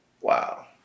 wow